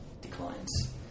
declines